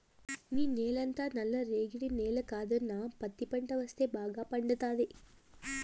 నీ నేలంతా నల్ల రేగడి నేల కదన్నా పత్తి పంట వేస్తే బాగా పండతాది